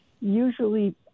usually